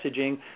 messaging